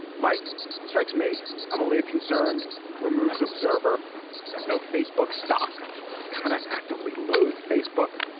mike it strikes me i'm only a concerned removed observer. i have no facebook stock kind of actively loathe facebook.